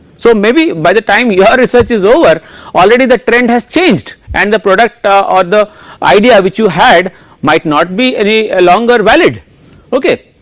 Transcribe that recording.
so maybe by the time your research is over already the trend has changed and the product or the idea which you had might not be any a longer valid okay